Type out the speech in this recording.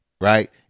right